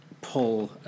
pull